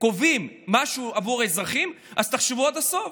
קובעים משהו עבור האזרחים, אז תחשבו עד הסוף.